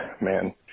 man